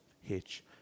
hitch